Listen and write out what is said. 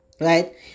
right